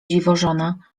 dziwożona